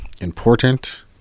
important